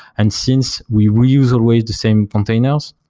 and since we we use always the same containers,